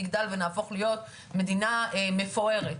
נגדל ונהפוך להיות מדינה מפוארת.